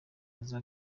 aza